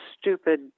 stupid